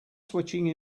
switching